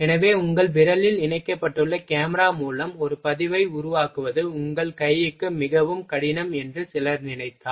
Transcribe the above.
எனவே உங்கள் விரலில் இணைக்கப்பட்டுள்ள கேமரா மூலம் ஒரு பதிவை உருவாக்குவது உங்கள் கைக்கு மிகவும் கடினம் என்று சிலர் நினைத்தால்